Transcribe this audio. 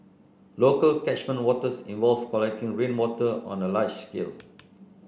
local catchment waters involve collecting rainwater on a large scale